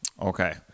Okay